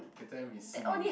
that time with Si-min